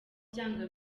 byanga